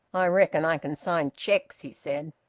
i reckon i can sign cheques, he said.